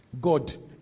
God